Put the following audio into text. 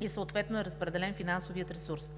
и съответно е разпределен финансовият ресурс.